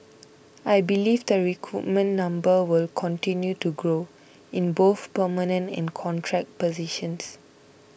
I believe the recruitment number will continue to grow in both permanent and contract positions